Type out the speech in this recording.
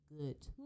good